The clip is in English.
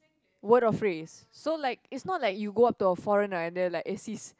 word or phrase so like it's not like you go up to a foreigner and they're like eh sis